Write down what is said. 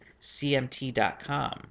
cmt.com